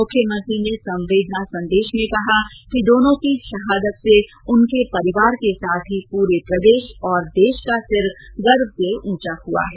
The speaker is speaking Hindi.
मुख्यमंत्री ने संवेदना संदेश में कहा कि दोनों की शहादत से उनके परिवार के साथ ही पूरे प्रदेश और देश का सिर गर्व से ऊंचा हुआ है